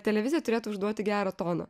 televizija turėtų užduoti gero toną